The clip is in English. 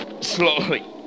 slowly